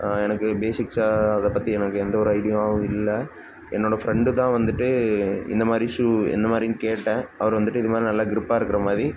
எனக்கு பேஸிக்ஸாக அதை பற்றி எனக்கு எந்த ஒரு ஐடியாவும் இல்லை என்னோடய ஃப்ரெண்டு தான் வந்துட்டு இந்த மாதிரி ஷூ எந்த மாதிரின் கேட்டேன் அவர் வந்துட்டு இது மாதிரி நல்லா க்ரிப்பாக இருக்கிற மாதிரி